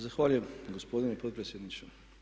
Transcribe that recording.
Zahvaljujem gospodine potpredsjedniče.